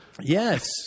Yes